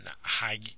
high